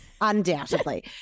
Undoubtedly